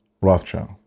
Rothschild